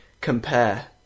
compare